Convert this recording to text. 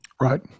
Right